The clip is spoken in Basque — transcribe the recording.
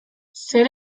zer